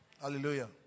Hallelujah